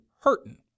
hurting